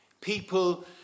People